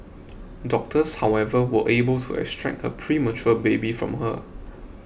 doctors however were able to extract her premature baby from her